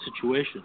situation